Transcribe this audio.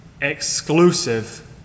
exclusive